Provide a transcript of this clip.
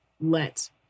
let